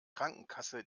krankenkasse